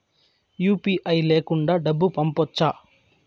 UPI లేకుండా డబ్బు పంపొచ్చా